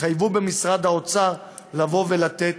התחייבו במשרד האוצר לבוא ולתת